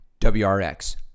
WRX